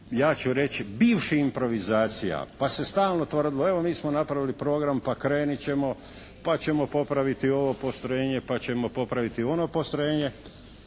ja ću reći bivših improvizacija pa se stalno tvrdilo evo mi smo napravili program, pa krenit ćemo, pa ćemo popraviti ovo postrojenje, pa ćemo popraviti ono postrojenje,